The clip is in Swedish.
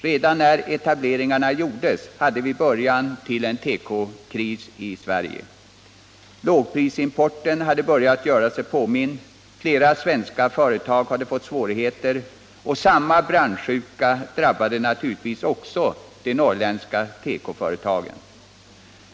Redan när etableringarna gjordes hade vi början till en tekokris i Sverige. Lågprisimporten hade börjat göra sig påmind, flera svenska företag hade fått svårigheter och samma branschsjuka drabbade naturligtvis också de norrländska tekoföretagen.